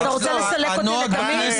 אתה רוצה לסלק אותי לתמיד?